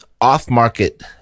off-market